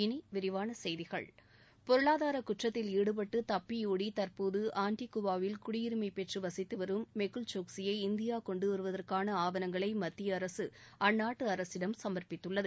இனி விரிவான செய்திகள் பொருளாதார குற்றத்தில் ஈடுபட்டு தப்பியோடி தற்போது ஆண்டிகுவாவில் குடியுரிமை பெற்று வசித்து வரும் திரு மெகுல் சோக்சியை இந்தியா கொண்டுவருதற்கான ஆவணங்களை மத்திய அரசு அந்நாட்டு அரசிடம் சம்ப்பித்துள்ளது